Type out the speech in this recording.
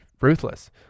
Ruthless